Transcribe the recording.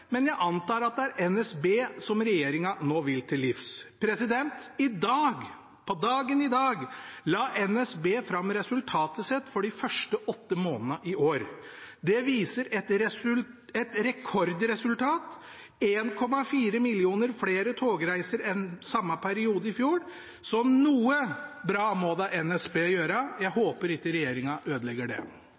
men jeg antar at det er NSB som regjeringen nå vil til livs. I dag la NSB fram resultatet sitt for de første åtte månedene i år. Det viser et rekordresultat, 1,4 millioner flere togreiser enn samme periode i fjor, så noe bra må da NSB gjøre. Jeg håper ikke regjeringen ødelegger det.